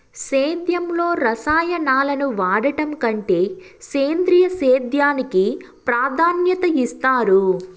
సేద్యంలో రసాయనాలను వాడడం కంటే సేంద్రియ సేద్యానికి ప్రాధాన్యత ఇస్తారు